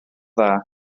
dda